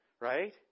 Right